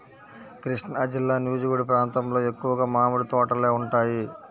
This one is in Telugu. కృష్ణాజిల్లా నూజివీడు ప్రాంతంలో ఎక్కువగా మామిడి తోటలే ఉంటాయి